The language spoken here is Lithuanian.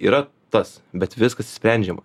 yra tas bet viskas išsprendžiama